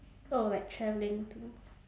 oh like travelling too